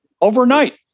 overnight